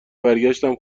برگشتم